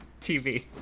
tv